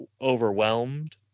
overwhelmed